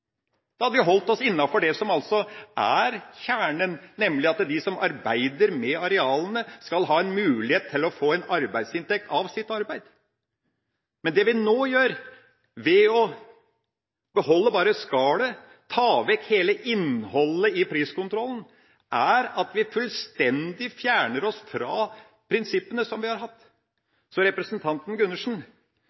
Da hadde vi holdt oss innenfor det som er kjernen, nemlig at de som arbeider med arealene, skal ha en mulighet til å få en arbeidsinntekt av sitt arbeid. Men det vi nå gjør, ved å beholde bare skallet og ta vekk hele innholdet i priskontrollen, er at vi fullstendig fjerner oss fra prinsippene som vi har hatt. Jeg gleder meg til å diskutere videre med representanten Gundersen,